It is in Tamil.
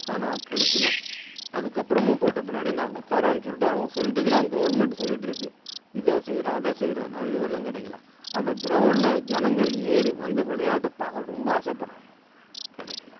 ஆனால் கிடைக்கல அதுக்கப்புறமும் போட்ட பின்னாடி நாங்கள் தரோன் சொல்லிட்டு அவங்க சொல்லிட்டுருக்குறாங்க கவர்மெண்ட் சொல்லிட்டுருக்கு இதோ செய்கிறேன் அதோ செய்கிறேன்னு இதுவரைலும் கிடைக்கல அந்த க்ரௌண்டில் ஜனங்கள் ஏறி வந்து விளையாட்டை பார்க்கணுன் ரொம்ப ஆசைப்பட்றாங்க கிடைக்கல